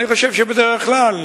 אני חושב שבדרך כלל,